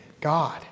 God